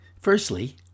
Firstly